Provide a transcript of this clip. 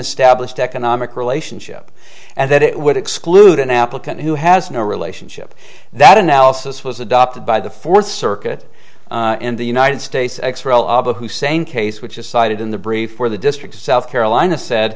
established economic relationship and that it would exclude an applicant who has no relationship that analysis was adopted by the fourth circuit in the united states x ray hussein case which is cited in the brief for the district of south carolina said